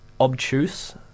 obtuse